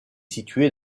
situé